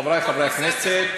חברי חברי הכנסת,